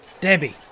Debbie